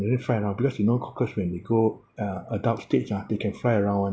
they really fly around because you know cockroach when they grow uh adult stage ah they can fly around [one]